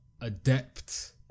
Adept